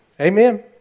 Amen